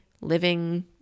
living